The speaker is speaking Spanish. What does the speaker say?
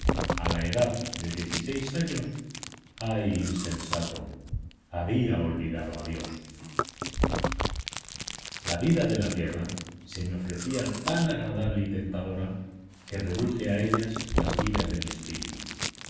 a la edad de dieciséis años ay insensato había olvidado a dios la vida de la tierra se me ofrecía tan agradable y tentadora que reduje a ella las miras de mi espíritu